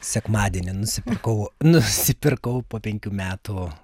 sekmadienį nusipirkau nusipirkau po penkių metų